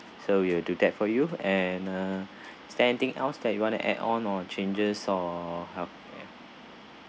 so we'll do that for you and uh is there anything else that you want to add on or changes or how